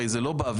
הרי זה לא באוויר,